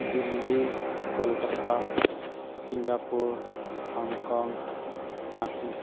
Delhi Kolkata Singapore Hong Kong Ranchi